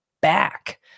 back